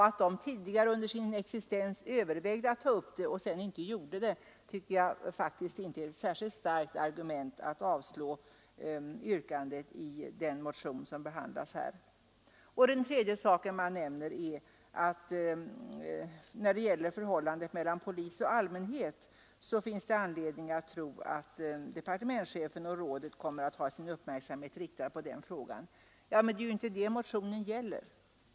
Att detta organ under sin existens övervägde att ta upp sådana frågor men inte gjorde det anser jag inte vara något särskilt starkt argument för att avslå yrkandet i den ifrågavarande motionen. För det tredje sägs det att när det gäller förhållandet mellan polis och allmänhet finns det anledning att tro att departementschefen, och rådet kommer att ha sin uppmärksamhet riktad på frågan. Men det är ju inte detta motionen gäller.